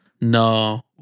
no